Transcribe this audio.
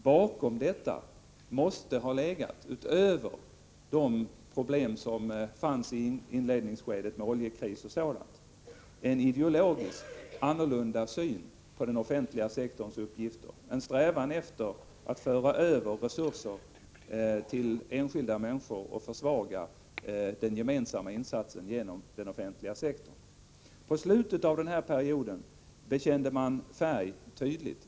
Bakom detta måste ha legat — utöver de problem som fanns i inledningsskedet med oljekris och sådant — en ideologiskt annorlunda syn på den offentliga sektorns uppgifter. Man hade en strävan att föra över resurser till enskilda människor och försvaga gemensamma insatser genom den offentliga sektorn. På slutet av denna period bekände man färg tydligt.